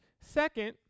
Second